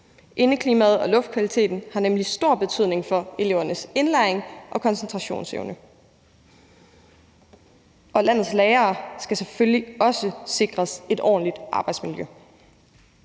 Indeklimaet og luftkvaliteten har nemlig stor betydning for elevernes indlæring og koncentrationsevne. Landets lærere skal selvfølgelig også sikres et ordentligt arbejdsmiljø.